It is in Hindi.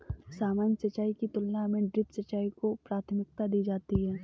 सामान्य सिंचाई की तुलना में ड्रिप सिंचाई को प्राथमिकता दी जाती है